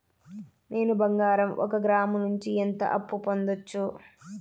నేను బంగారం ఒక గ్రాము నుంచి ఎంత అప్పు పొందొచ్చు